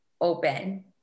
open